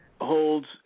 holds